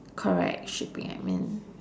correct shipping admin